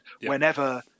whenever